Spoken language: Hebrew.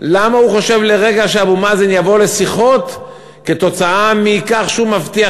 למה הוא חושב לרגע שאבו מאזן יבוא לשיחות כתוצאה מכך שהוא מבטיח